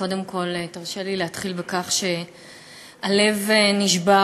קודם כול, תרשה לי להתחיל בכך שהלב נשבר